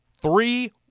three